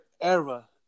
era